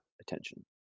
attention